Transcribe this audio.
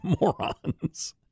morons